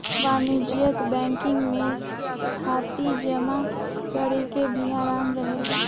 वाणिज्यिक बैंकिंग में थाती जमा करेके भी आराम रहेला